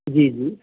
ਜੀ ਜੀ